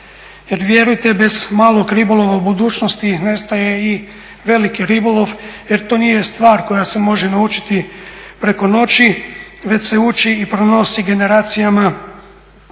jer vjerujte, bez malog ribolova u budućnosti nestaje i veliki ribolov jer to nije stvar koja se može naučiti preko noći već se uči i pronosi generacijama.